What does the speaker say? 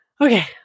Okay